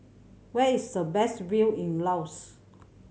where is the best view in Laos